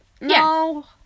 No